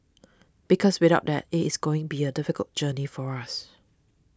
because without that it is going be a difficult journey for us